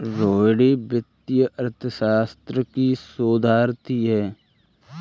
रोहिणी वित्तीय अर्थशास्त्र की शोधार्थी है